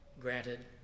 Granted